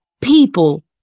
people